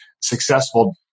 successful